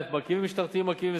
מרכיבים משטרתיים, מרכיבים אזרחיים.